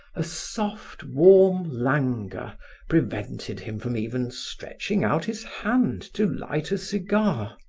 a soft warm languor prevented him from even stretching out his hand to light a cigar.